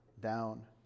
down